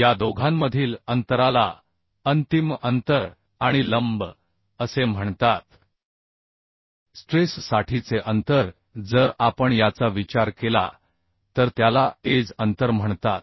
या दोघांमधील अंतराला अंतिम अंतर आणि लंब असे म्हणतात स्ट्रेस् साठीचे अंतर जर आपण याचा विचार केला तर त्याला एज अंतर म्हणतात